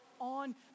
on